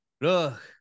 look